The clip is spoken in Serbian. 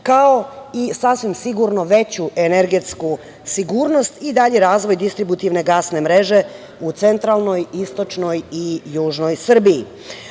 kao i veću energetsku sigurnost, ali i dalji razvoj distributivne gasne mreže, u centralnoj, istočnoj i južnoj Srbiji.O